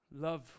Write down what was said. Love